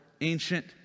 ancient